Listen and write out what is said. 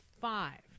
five